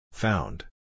found